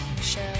Show